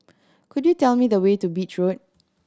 could you tell me the way to Beach Road